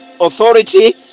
authority